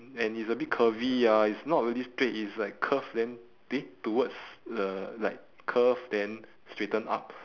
and it's a bit curvy ah it's not really straight it's like curve then bit towards the like curve then straighten up